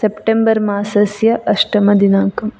September मासस्य अष्टमदिनाङ्कम्